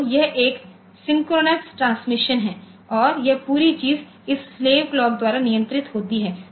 तो यह एक सिंक्रोनस ट्रांसमिशन है और यह पूरी चीज इस स्लेव क्लॉक द्वारा नियंत्रित होती है